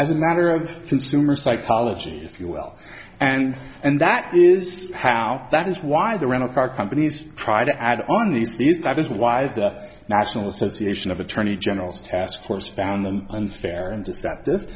as a matter of consumer psychology if you will and and that is how that is why the rental car companies try to add on these fees that is why the national association of attorney generals taskforce found them unfair and d